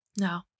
No